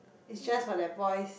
it's just for the boys